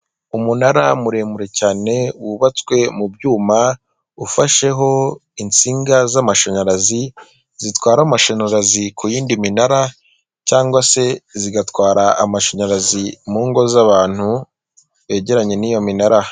Umunara muremure cyane wubatswe mu byuma ufasheho insinga z'amashanyarazi zitwara amashanyarazi ku y'indi minara, cyangwa se zigatwara amashanyarazi mu ngo z'abantu begeranye n'iyo minara.